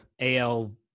AL